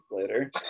later